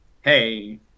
Hey